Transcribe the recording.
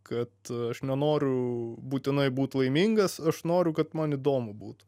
kad aš nenoriu būtinai būt laimingas aš noriu kad man įdomu būtų